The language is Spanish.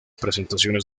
presentaciones